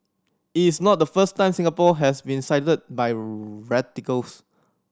it is not the first time Singapore has been cited by radicals